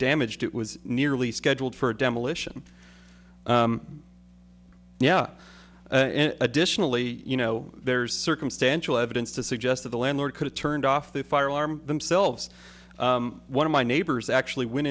damaged it was nearly scheduled for demolition yeah additionally you know there's circumstantial evidence to suggest of the landlord could have turned off the fire alarm themselves one of my neighbors actually went